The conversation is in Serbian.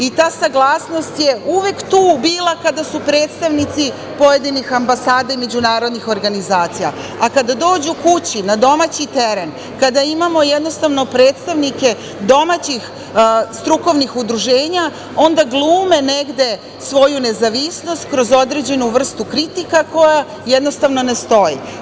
I ta saglasnost je uvek tu bila kada su predstavnici pojedinih ambasada i međunarodnih organizacija, a kada dođu kući na domaći teren, kada imamo jednostavno predstavnike domaćih strukovnih udruženja onda glume negde svoju nezavisnost kroz određenu vrstu kritike koja jednostavno ne stoji.